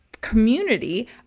community